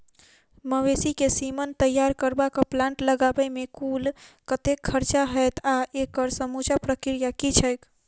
मवेसी केँ सीमन तैयार करबाक प्लांट लगाबै मे कुल कतेक खर्चा हएत आ एकड़ समूचा प्रक्रिया की छैक?